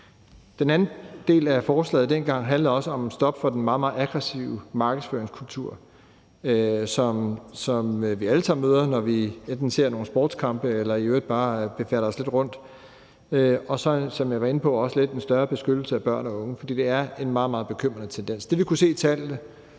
Den anden del af forslaget fra dengang handler også om et stop for den meget, meget aggressive markedsføringskultur, som vi alle sammen møder, når vi enten ser nogle sportskampe eller i øvrigt bare færdes lidt rundtomkring, og så i øvrigt, som jeg også var inde på, en større beskyttelse af børn og unge, for det er en meget, meget bekymrende tendens. Det, vi kunne se af tallene